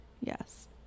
yes